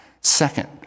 Second